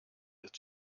ist